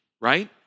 right